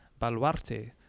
baluarte